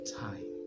time